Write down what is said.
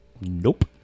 Nope